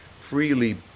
freely